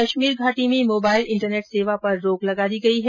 कश्मीर घाटी में mobile internet सेवा पर रोक लगा दी गई है